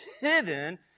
hidden